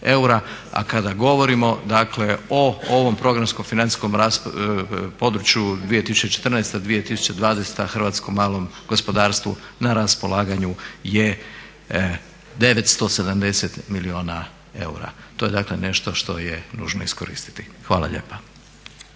A kada govorimo, dakle o ovom programskom financijskom području 2014./2020. hrvatskom malom gospodarstvu na raspolaganju je 970 milijuna eura. To je dakle nešto što je nužno iskoristiti. Hvala lijepa.